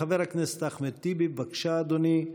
חבר הכנסת אחמד טיבי, בבקשה, אדוני.